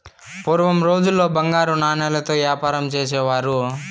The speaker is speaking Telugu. పూర్వం రోజుల్లో బంగారు నాణాలతో యాపారం చేసేవారు